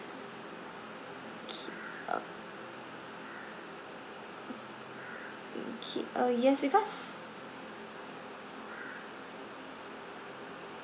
K uh okay uh yes because